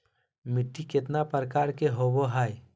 मिट्टी केतना प्रकार के होबो हाय?